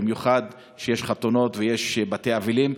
במיוחד כשיש חתונות ויש בתי אבלים,